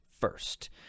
first